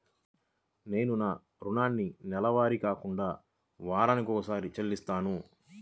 నేను నా రుణాన్ని నెలవారీగా కాకుండా వారానికోసారి చెల్లిస్తున్నాను